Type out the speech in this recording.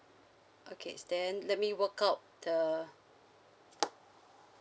okay then let me work out the